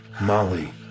Molly